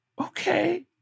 okay